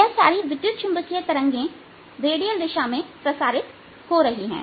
यह सारी विद्युत चुंबकीय तरंगे रेडियल दिशा में प्रसारित हो रही हैं